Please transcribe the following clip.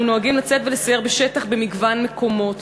אנחנו נוהגים לצאת ולסייר בשטח במגוון מקומות,